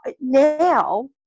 now